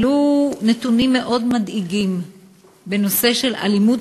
עלו נתונים מאוד מדאיגים בנושא אלימות